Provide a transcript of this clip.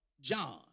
John